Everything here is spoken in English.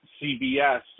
CBS